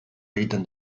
egiten